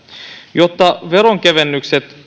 jotta veronkevennykset